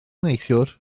neithiwr